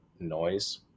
noise